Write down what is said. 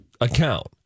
account